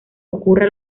ocurra